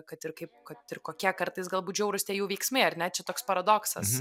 kad ir kaip kad ir kokie kartais galbūt žiaurūs tie jų veiksmai ar ne čia toks paradoksas